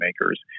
makers